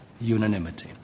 unanimity